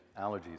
allergies